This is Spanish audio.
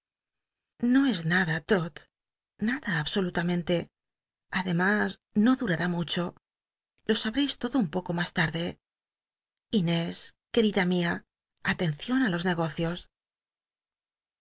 no es nada trot nada absolutamen te ademas no durar i mucho lo sabreis todo un poco mas tarde inés querida mia alencion á los